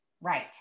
Right